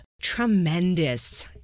tremendous